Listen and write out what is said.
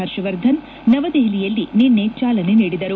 ಹರ್ಷವರ್ಧನ್ ನವದೆಹಲಿಯಲ್ಲಿ ನಿನ್ನೆ ಚಾಲನೆ ನೀಡಿದರು